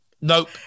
Nope